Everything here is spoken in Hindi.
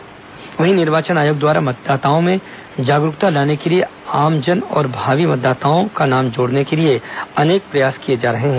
और मतदाता सूची में वहीं निर्वाचन आयोग द्वारा मतदाताओं में जागरूकता लाने के लिए आमजन और भावी मतदाताओं का नाम जोड़ने के लिए अनेक प्रयास किए जा रहे हैं